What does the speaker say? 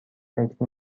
فکر